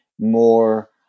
more